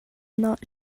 not